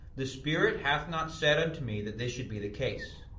the spirit hath not said unto me that this should be the case.